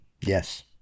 Yes